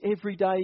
everyday